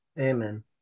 Amen